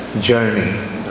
journey